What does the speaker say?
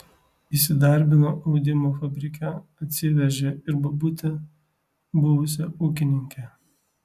įsidarbino audimo fabrike atsivežė ir bobutę buvusią ūkininkę